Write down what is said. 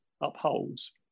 upholds